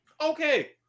Okay